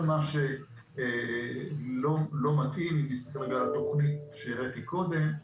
כל מה שלא מתאים בתכנית שהראיתי קודם,